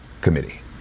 committee